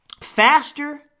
faster